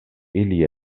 ili